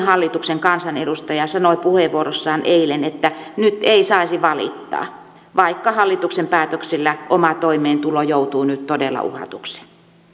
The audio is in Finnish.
hallituksen kansanedustaja sanoi puheenvuorossaan eilen että nyt ei saisi valittaa vaikka hallituksen päätöksillä oma toimeentulo joutuu nyt todella uhatuksi